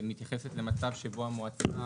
שמתייחסת למצב שבו המועצה,